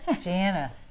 Jana